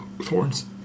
thorns